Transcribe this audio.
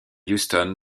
houston